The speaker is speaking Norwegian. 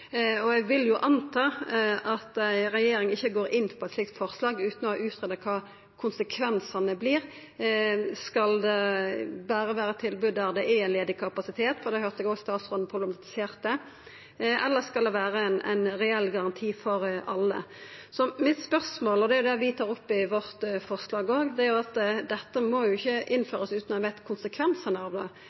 Eg vil jo anta at regjeringa ikkje går inn for eit slikt forslag utan å ha greidd ut kva konsekvensane vert, om det berre skal vera tilbod der det er ledig kapasitet – for det høyrde eg òg statsråden problematiserte – eller om det skal vera ein reell garanti for alle. Det vi tar opp i forslaget vårt, dreier seg om at dette ikkje må innførast utan at ein veit konsekvensane av det.